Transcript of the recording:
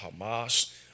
Hamas